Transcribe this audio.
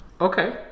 Okay